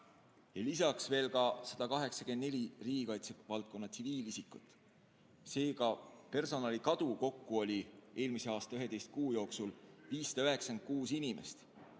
lisaks veel ka 184 riigikaitse valdkonna tsiviilisikut. Seega personalikadu kokku oli eelmise aasta 11 kuu jooksul 596 inimest.